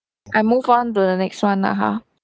I move on to the next one lah ha